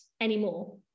anymore